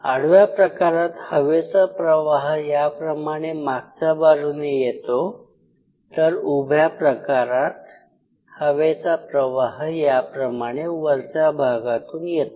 आडव्या प्रकारात हवेचा प्रवाह याप्रमाणे मागच्या बाजूने येतो तर उभ्या प्रकारात हवेचा प्रवाह याप्रमाणे वरच्या भागातून येतो